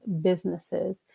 businesses